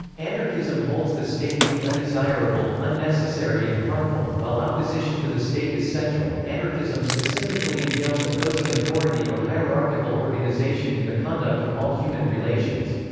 anarchism holds the state to be undesirable, unnecessary and harmful while opposition to the state is central, anarchism specifically entails opposing authority or hierarchical organisation in the conduct of all human relations.